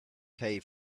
pay